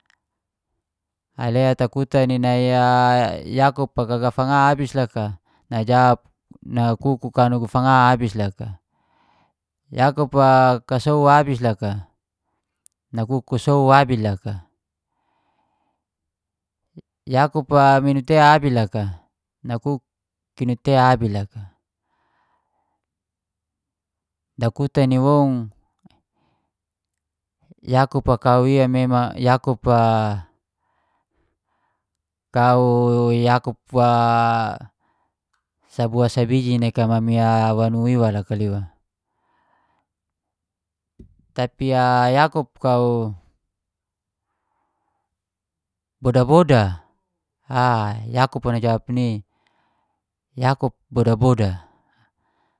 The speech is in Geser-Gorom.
Ale takutan i nai a yakup ka gafanga abis loka? Najawab, nakuk ku ka nugu fanga abis loka. Yakup kau sow abis loka? Nakuk ku sow abis loka. Yakup minu tea abis loka? Nakuk kinu tea abis loka. Dakutan i woun yakup kau ia memang yakup a kau yakup sabua sabiji nai ka mami wanua iwa loka liwa. Tapi yakup kau boda-boda, yakup najawab ni yakup boda-boda.